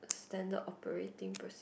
standard operating proce~